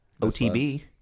OTB